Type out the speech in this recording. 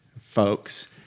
folks